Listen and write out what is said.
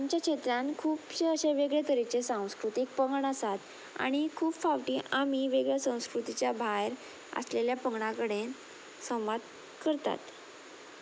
आमच्या क्षेत्रान खुबशे अशे वेगळे तरेचे सांस्कृतीक पंगड आसात आनी खूब फावटी आमी वेगळ्या संस्कृतीच्या भायर आसलेल्या पंगडा कडेन संवाद करतात